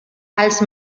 els